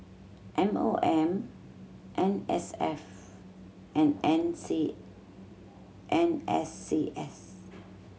M O M N S F and N C N S C S